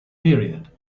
period